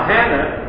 Hannah